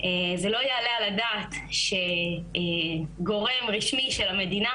זה לא יעלה על הדעת שגורם רשמי של המדינה,